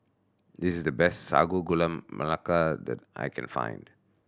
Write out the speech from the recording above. this is the best Sago Gula Melaka that I can find